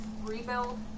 rebuild